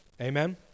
Amen